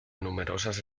numerosas